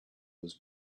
was